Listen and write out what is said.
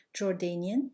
Jordanian